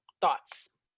thoughts